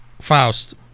Faust